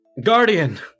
Guardian